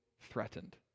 threatened